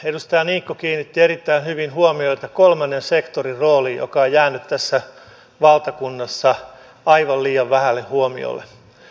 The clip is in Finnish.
edustaja niikko kiinnitti erittäin hyvin huomiota kolmannen sektorin rooliin joka on jäänyt tässä valtakunnassa aivan liian vähälle huomiolle